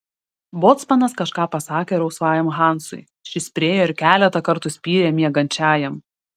bocmanas kažką pasakė rausvajam hansui šis priėjo ir keletą kartų spyrė miegančiajam